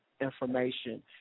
information